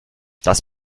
das